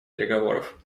переговоров